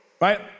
Right